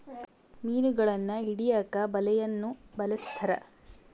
ಮೀನುಗಳನ್ನು ಹಿಡಿಯಕ ಬಲೆಯನ್ನು ಬಲಸ್ಥರ